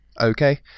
okay